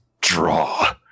draw